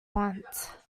want